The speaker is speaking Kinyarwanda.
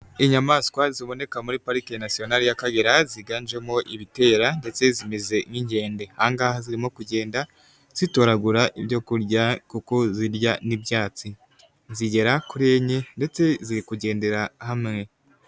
Inyamaswa ziboneka muri parike national y'Akagera, ziganjemo ibitera ndetse zimeze nk'inkende, ahangaha zirimo kugenda zitoragura ibyo kurya kuko zirya n'ibyatsi, zigera kuri enye ndetse ziri kugendera hamwe.